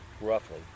roughly